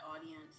audience